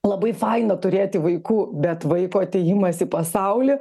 labai faina turėti vaikų bet vaiko atėjimas į pasaulį